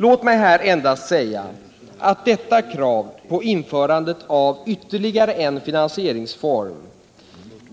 Låt mig här endast säga att detta krav på införande av ytterligare en finansieringsform